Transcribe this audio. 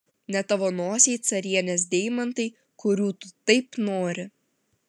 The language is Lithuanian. ne tavo nosiai carienės deimantai kurių tu taip nori